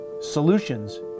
Solutions